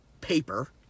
paper